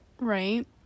Right